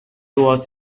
was